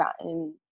gotten